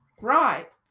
Right